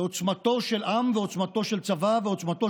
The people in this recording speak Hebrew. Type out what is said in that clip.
ועוצמתו של עם ועוצמתו של צבא ועוצמתו